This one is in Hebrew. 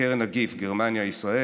לקרן GIF, גרמניה-ישראל,